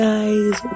guys